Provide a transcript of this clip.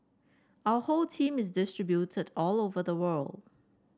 our whole team is distributed all over the world